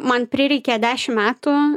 man prireikė dešim metų